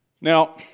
Now